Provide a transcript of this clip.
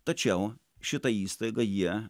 tačiau šita įstaiga jie